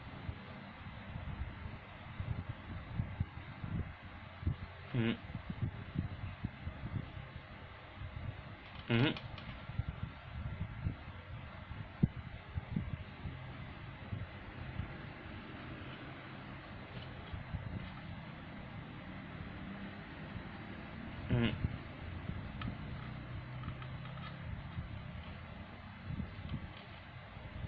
mm mm mm